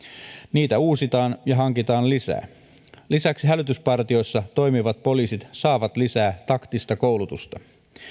niitä uusitaan ja hankitaan lisää lisäksi hälytyspartioissa toimivat poliisit saavat lisää taktista koulutusta